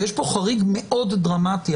ויש פה חריג מאוד דרמטי,